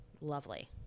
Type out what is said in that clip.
lovely